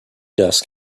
dust